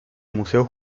museo